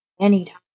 Anytime